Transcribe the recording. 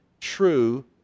true